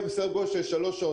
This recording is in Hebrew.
אם מדובר בסדר גודל של שלוש שעות,